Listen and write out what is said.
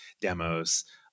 demos